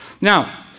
Now